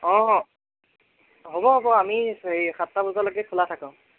অঁ হ'ব হ'ব আমি সেই সাতটা বজালকৈ খোলা থাকো